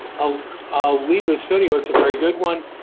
oh i'll leave this video it's a very good one.